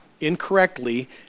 incorrectly